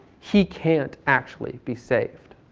he can't actually be saved.